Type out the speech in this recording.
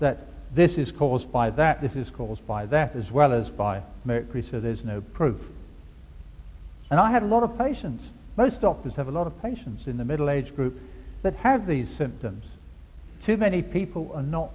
that this is caused by that this is caused by that as well as by three so there's no proof and i have a lot of patience most doctors have a lot of patients in the middle age group that have these symptoms too many people are not